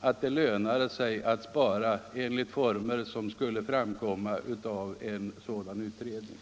att det lönade sig att spara i de former som en sådan här utredning skulle kunna föreslå.